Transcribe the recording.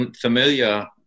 familiar